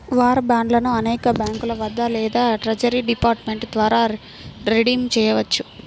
war బాండ్లను అనేక బ్యాంకుల వద్ద లేదా ట్రెజరీ డిపార్ట్మెంట్ ద్వారా రిడీమ్ చేయవచ్చు